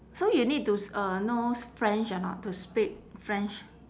so you need to s~ uh know s~ french or not to speak french